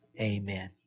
amen